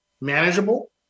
manageable